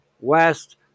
west